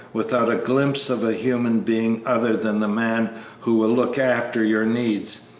without a glimpse of a human being other than the man who will look after your needs,